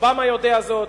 אובמה יודע זאת,